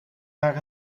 naar